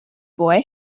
boy